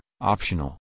optional